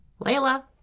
Layla